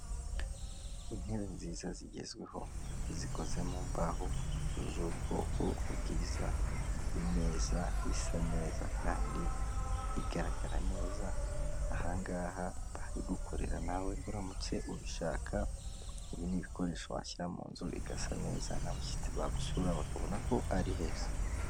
Intebe nziza zigezweho, zikoze mu mbaho z'ubwoko bwiza, imeza isa neza kandi igaragara neza, aha ngaha bari gukorera nawe uramutse ubishaka ibi ni ibikoresho washyira mu nzu igasa neza n'abashyitsi bagusura bakabona ko ari heza.